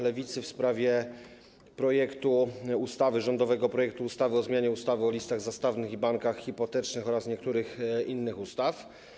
Lewicy w sprawie rządowego projektu ustawy o zmianie ustawy o listach zastawnych i bankach hipotecznych oraz niektórych innych ustaw.